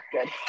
good